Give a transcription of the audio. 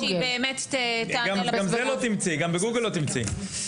גם בגוגל לא תמצאי.